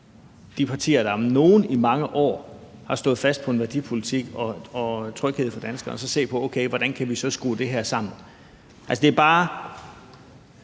de partier, der om nogen i mange år har stået fast på en værdipolitik og på at skabe tryghed for danskerne – og så se på, hvordan vi kan skrue det her sammen.